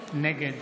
נגד